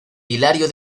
hilario